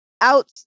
out